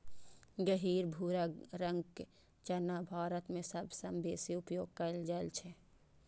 गहींर भूरा रंगक चना भारत मे सबसं बेसी उपयोग कैल जाइ छै